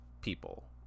people